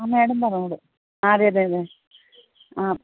ആ മാഡം പറഞ്ഞോളൂ ആ അതെ അതെ ആ